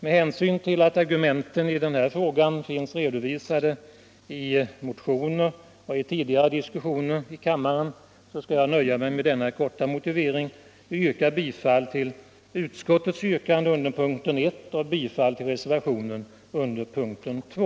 Med hänsyn till att argumenten i denna fråga är redovisade i motioner och i tidigare diskussioner i kammaren nöjer jag mig med denna korta motivering och yrkar bifall till utskottets yrkande under punkten 1 och bifall till reservationen under punkten 2.